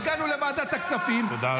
הגענו לוועדת הכספים -- תודה רבה.